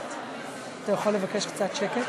אתה יכול לבקש קצת שקט?